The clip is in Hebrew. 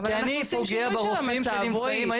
כי אני פוגע ברופאים שנמצאים היום.